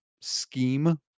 scheme